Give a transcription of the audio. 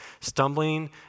Stumbling